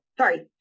sorry